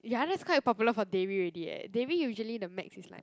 ya that's quite popular for dairy already eh dairy usually the max is like